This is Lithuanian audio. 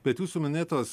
bet jūsų minėtos